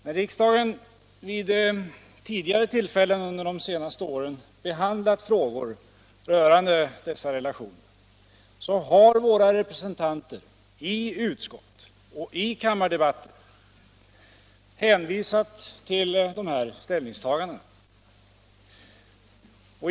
När riksdagen vid tidigare tillfällen under de senaste åren behandlat frågor rörande dessa relationer har våra representanter i utskott och kammardebatter hänvisat till dessa ställningstaganden.